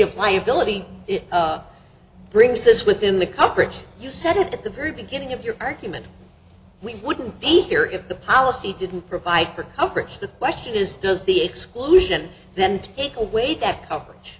of liability brings this within the coverage you said at the very beginning of your argument we wouldn't be here if the policy didn't provide for coverage the question is does the exclusion then take away that coverage